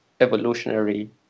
evolutionary